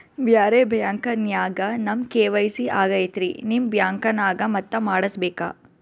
ಬ್ಯಾರೆ ಬ್ಯಾಂಕ ನ್ಯಾಗ ನಮ್ ಕೆ.ವೈ.ಸಿ ಆಗೈತ್ರಿ ನಿಮ್ ಬ್ಯಾಂಕನಾಗ ಮತ್ತ ಮಾಡಸ್ ಬೇಕ?